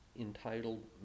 entitled